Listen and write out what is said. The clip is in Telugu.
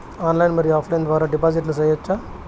ఆన్లైన్ మరియు ఆఫ్ లైను ద్వారా డిపాజిట్లు సేయొచ్చా?